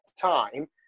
time